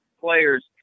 players